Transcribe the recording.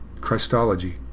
Christology